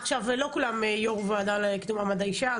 עכשיו לא כולן יו"ר הוועדה לקידום מעמד האישה,